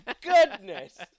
goodness